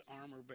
armor